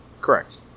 Correct